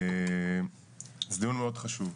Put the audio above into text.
זה דיון חשוב מאוד.